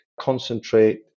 Concentrate